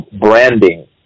branding